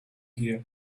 here